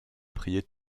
prier